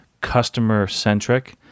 customer-centric